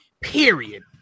period